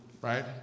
right